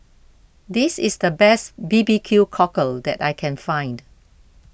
this is the best B B Q Cockle that I can find